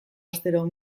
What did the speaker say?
astero